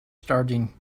starting